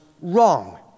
wrong